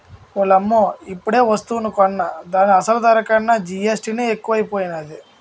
ఓలమ్మో ఇప్పుడేవస్తువు కొన్నా దాని అసలు ధర కన్నా జీఎస్టీ నే ఎక్కువైపోనాది